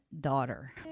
daughter